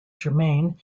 germain